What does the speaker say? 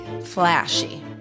flashy